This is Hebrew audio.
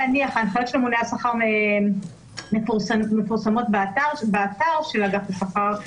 ההנחיות של הממונה על השכר מפורסמות באתר של אגף השכר,